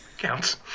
Counts